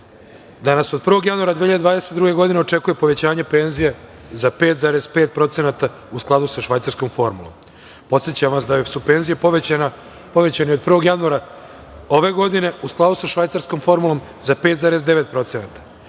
da nas od 1. januara 2022. godine očekuje povećanje penzija za 5,5% u skladu sa švajcarskom formulom. Podsećam vas da su penzije povećane od 1. januara ove godine u skladu sa švajcarskom formulom za